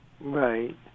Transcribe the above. Right